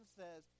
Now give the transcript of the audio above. says